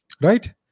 Right